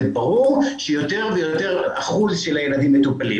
זה ברור שיותר ויותר אחוז של הילדים מטופלים.